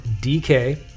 DK